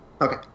Okay